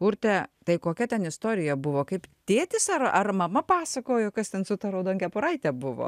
urte tai kokia ten istorija buvo kaip tėtis ar ar mama pasakojo kas ten su ta raudonkepuraite buvo